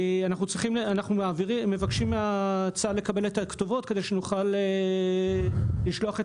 אנחנו מבקשים מצה"ל לקבל את הכתובות כדי שנוכל לשלוח את